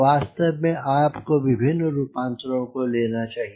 वास्तव में आपको विभिन्न रूपांतरों को लेना चाहिए